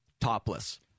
Topless